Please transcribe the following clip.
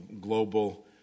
global